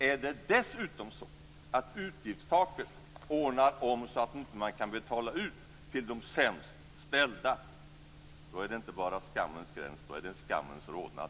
Är det dessutom så att utgiftstaket ordnar till det så att man inte kan betala ut till de sämst ställda, då är det inte bara skammens gräns, då är det en skammens rodnad.